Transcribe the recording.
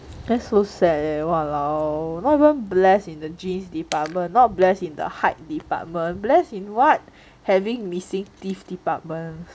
that's so sad eh !walao! not even blessed in the genes department not blessed in the height department blessed in what having missing teeth department